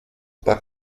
pas